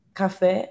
café